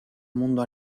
mundo